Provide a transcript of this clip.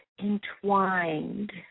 entwined